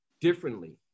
differently